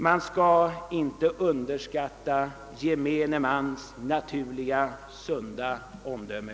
Man skall inte underskatta gemene mans naturliga, sunda omdöme!